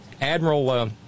Admiral